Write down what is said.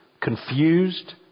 confused